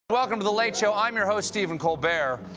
welcome to the late show. i'm your host, stephen colbert.